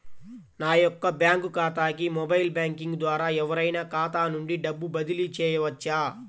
నా యొక్క బ్యాంక్ ఖాతాకి మొబైల్ బ్యాంకింగ్ ద్వారా ఎవరైనా ఖాతా నుండి డబ్బు బదిలీ చేయవచ్చా?